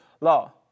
law